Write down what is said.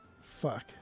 fuck